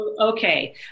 Okay